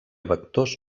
vectors